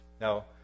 Now